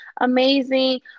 amazing